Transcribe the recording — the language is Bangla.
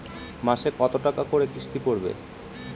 মাসে কত টাকা করে কিস্তি পড়বে?